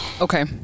Okay